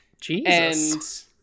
Jesus